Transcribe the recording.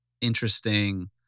interesting